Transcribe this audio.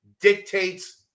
dictates